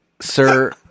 Sir